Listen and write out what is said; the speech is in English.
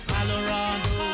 Colorado